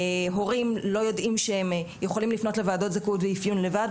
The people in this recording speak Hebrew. הורים לא יודעים שהם יכולים לפנות לוועדות זכאות ואפיון לבד,